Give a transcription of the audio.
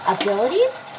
abilities